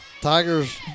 Tigers